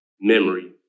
memory